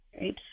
right